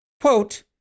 Quote